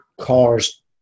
cars